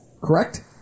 Correct